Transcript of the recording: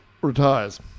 retires